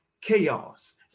chaos